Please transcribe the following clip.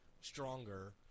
stronger